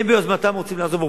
הם ביוזמתם רוצים לעזוב.